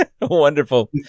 wonderful